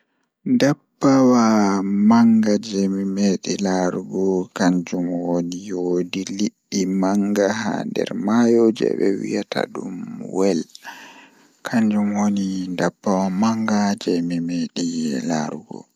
Ndabbawa manga jei mi laari kanjum woni woodi liɗɗi manga Ko ɗum ndiyam ɓurɗo ngona miɗo waawi njamaadi ko, ko miɗo heɓaade ɗum e maye kam hoddii laawol, ngam anndude ngal ngona hoto. Mi yidi jogii moƴƴere nder ngoo e leydi seŋ